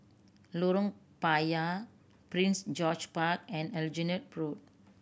Lorong Payah Prince George Park and Aljunied Road